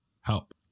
help